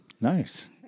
nice